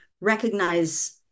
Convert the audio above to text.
recognize